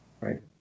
Right